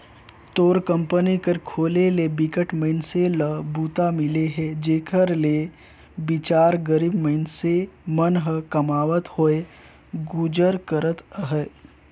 तोर कंपनी कर खोले ले बिकट मइनसे ल बूता मिले हे जेखर ले बिचार गरीब मइनसे मन ह कमावत होय गुजर करत अहे